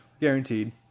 Guaranteed